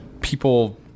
people